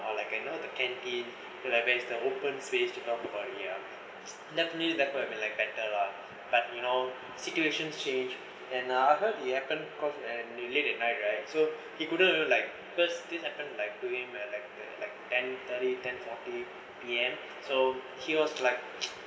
or like I know the canteen library the open space to talk about definitely that'll be like better lah but you know situation changed and I heard it happen cause you late at night right so he couldn't really like because this happened like during where like the like ten thirty ten forty P_M so he was like